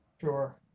Sure